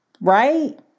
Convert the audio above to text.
right